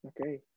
Okay